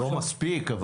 לא מספיק.